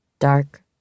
dark